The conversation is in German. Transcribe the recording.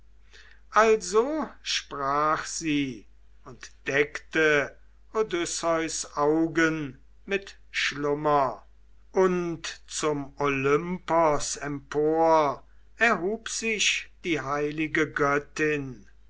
also sprach sie und deckte odysseus augen mit schlummer und zum olympos empor erhub sich die heilige göttin